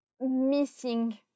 missing